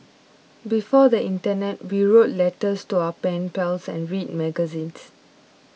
before the internet we wrote letters to our pen pals and read magazines